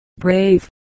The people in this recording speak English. brave